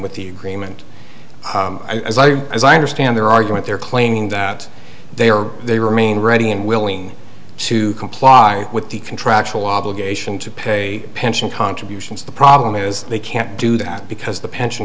with the cream and as i understand their argument they're claiming that they are they remain ready and willing to comply with the contractual obligation to pay pension contributions the problem is they can't do that because the pension